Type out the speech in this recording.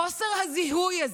חוסר הזיהוי הזה,